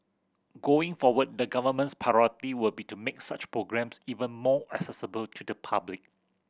going forward the Government's priority will be to make such programmes even more accessible to the public